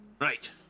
Right